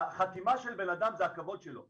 החתימה של בן אדם זה הכבוד שלו,